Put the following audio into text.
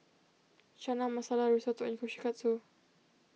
Chana Masala Risotto and Kushikatsu